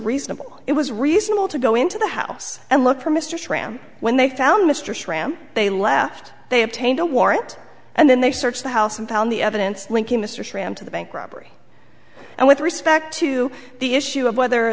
reasonable it was reasonable to go into the house and look for mr schramm when they found mr schramm they left they obtained a warrant and then they searched the house and found the evidence linking mr schramm to the bank robbery and with respect to the issue of whether